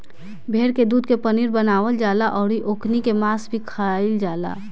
भेड़ के दूध के पनीर बनावल जाला अउरी ओकनी के मांस भी खाईल जाला